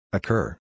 Occur